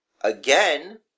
again